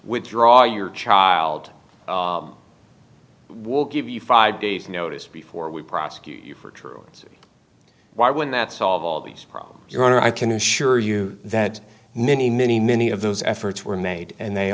withdraw your child i will give you five days notice before we prosecute you for truancy why when that solve all these problems your honor i can assure you that many many many of those efforts were made and they